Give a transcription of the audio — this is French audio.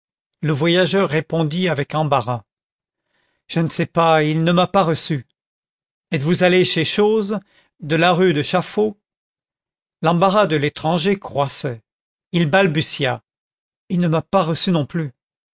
le voyageur répondit avec embarras je ne sais pas il ne m'a pas reçu êtes-vous allé chez chose de la rue de chaffaut l'embarras de l'étranger croissait il balbutia il ne m'a pas reçu non plus